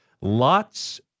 Lots